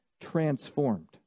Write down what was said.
transformed